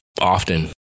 often